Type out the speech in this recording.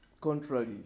contrary